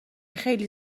خیلی